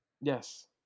Yes